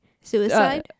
Suicide